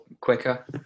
quicker